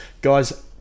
Guys